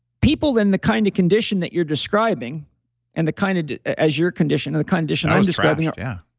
people in the kind of condition that you're describing and the kind of as your condition or the condition i'm describing, yeah.